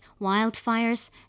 wildfires